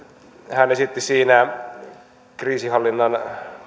hän esitti siinä kriisinhallinnan